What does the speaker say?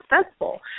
successful